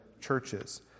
churches